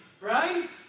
Right